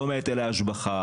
לא מהיטלי השבחה,